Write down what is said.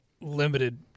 limited